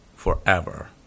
forever